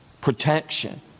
protection